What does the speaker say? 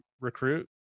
recruit